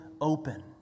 open